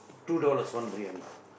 two dollars one briyani